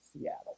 Seattle